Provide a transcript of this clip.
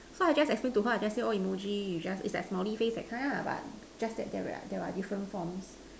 so I just explain to her I just say oh emoji you just it's like smiley face that kind ah but just that there are different forms